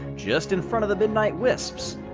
just in front of the midnight wisps.